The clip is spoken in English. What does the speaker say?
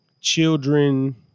children